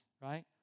right